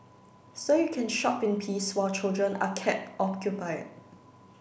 so you can shop in peace while children are kept occupied